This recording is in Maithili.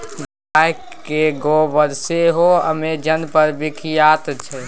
गायक गोबर सेहो अमेजन पर बिकायत छै